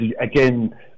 again